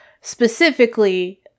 specifically